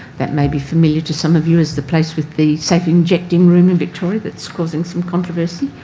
that might be familiar to some of you as the place with the safe injecting room in victoria that's causing some controversy.